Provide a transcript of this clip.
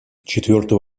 четвертый